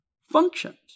functions